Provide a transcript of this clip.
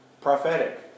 prophetic